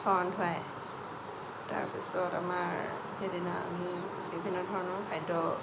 চৰণ ধুৱাই তাৰ পিছত আমাৰ সেইদিনা আমি বিভিন্ন ধৰণৰ খাদ্য